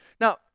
Now